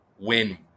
win